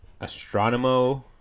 Astronomo